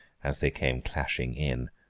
as they came clashing in.